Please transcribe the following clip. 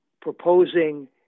proposing